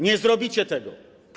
Nie zrobicie tego.